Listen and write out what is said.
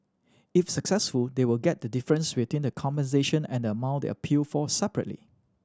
if successful they will get the difference between the compensation and the amount they appeal for separately